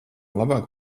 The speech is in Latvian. labāk